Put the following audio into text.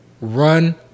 run